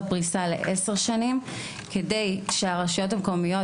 פריסה לעשר שנים כדי שהרשויות המקומיות,